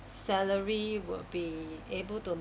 salary will be able to